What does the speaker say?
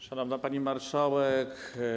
Szanowna Pani Marszałek!